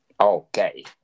Okay